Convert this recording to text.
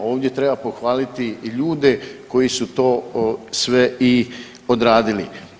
Ovdje treba pohvaliti i ljude koji su to sve i odradili.